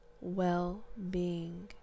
well-being